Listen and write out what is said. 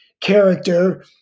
character